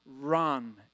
run